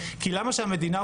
כי למה שהמדינה,